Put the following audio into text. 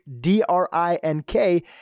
D-R-I-N-K